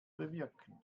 bewirken